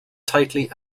tightly